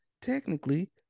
technically